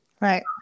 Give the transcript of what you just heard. Right